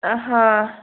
हां हां